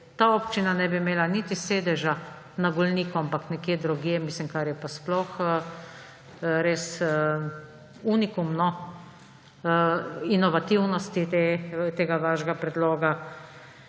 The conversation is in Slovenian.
ta občina ne bi imela niti sedeža na Golniku, ampak nekje drugje, kar je pa sploh res unikum inovativnosti tega vašega predloga.